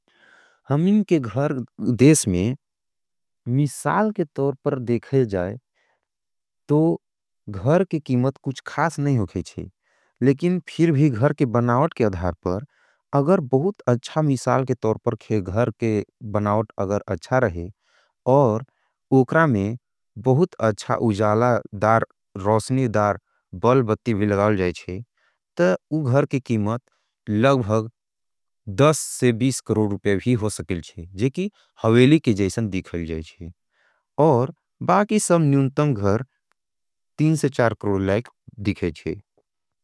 हम इनके घर, देश में, मिसाल के तोरपर देखे जाए, तो घर के कीमत कुछ खास नहीं हो के छे। लेकिन फिर भी घर के बनावट के अधार पर, अगर बहुत अच्छा मिसाल के तोरपर के घर के बनावट अगर अच्छा रहे, और उक्रा में बहुत अच्छा उजाला दार रोषनी दार बल बत्ती भी लगाओ जाए चे, तो उ घर के कीमत लगभग दस से बीस करोड उपय भी हो सकेल चे, जेकि हवेली के जैसन दिखाल जाए चे। और बाकि सब नियूंतम घर तीन से चार क्रोर लाइक दिखे चे।